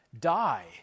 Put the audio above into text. die